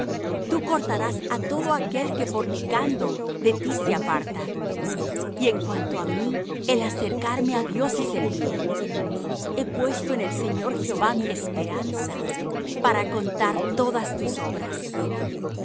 tú cortarás á todo aquel que fornicando de ti se aparta y en cuanto á mí el acercarme á dios es el bien he puesto en el señor jehová mi esperanza para contar todas tus obras